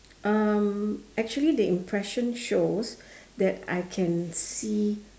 um actually the impression shows that I can see